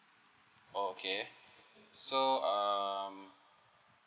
oh okay so um